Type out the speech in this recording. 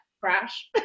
crash